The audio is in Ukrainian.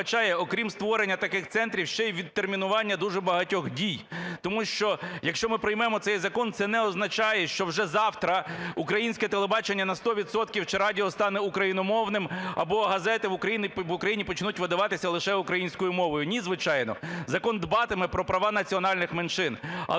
окрім створення таких центрів, ще і відтермінування дуже багатьох дій, тому що, якщо ми приймемо цей закон, це не означає, що вже завтра українське телебачення на 100 відсотків чи радіо стане україномовним, або газети в Україні почнуть видаватися лише українською мовою. Ні, звичайно, закон дбатиме про права національних меншин,